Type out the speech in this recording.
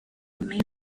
remain